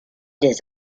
des